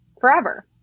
forever